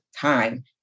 time